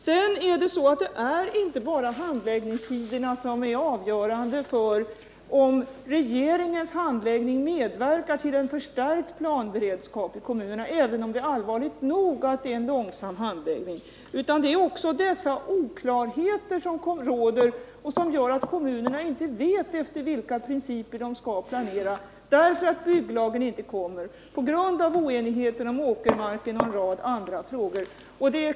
Sedan är det inte bara handläggningstiderna som är avgörande för om regeringens handläggning medverkar till en förstärkt planberedskap i kommunerna, även om det är allvarligt nog att handläggningen är långsam. Det är också de oklarheter som råder och som gör att kommunerna inte vet efter vilka principer de skall planera, därför att bygglagen inte kommer, på grund av oenigheten om åkermarken och en rad andra frågor.